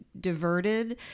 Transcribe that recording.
diverted